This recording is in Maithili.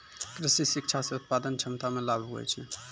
कृषि शिक्षा से उत्पादन क्षमता मे लाभ हुवै छै